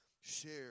share